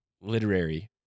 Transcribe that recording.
literary